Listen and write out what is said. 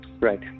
Right